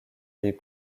les